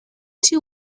two